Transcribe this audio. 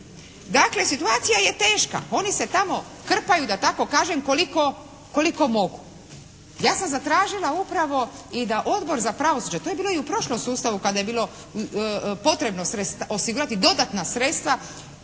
Dakle situacija je teška. Oni se tamo krpaju da tako kažem koliko, koliko mogu. Ja sam zatražila upravo i da Odbor za pravosuđe, to je bilo i u prošlom sustavu kada je bilo potrebno osigurati dodatna sredstva